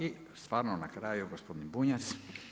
I stvarno na kraju gospodin Bunjac.